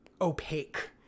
opaque